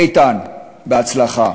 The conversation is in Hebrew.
איתן, בהצלחה.